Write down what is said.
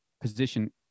position